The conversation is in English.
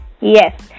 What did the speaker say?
Yes